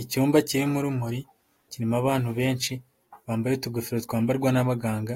Icyumba kirimo urumuri, kirimo abantu benshi, bambaye utugofero twambarwa n'abaganga,